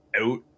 out